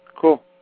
cool